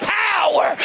power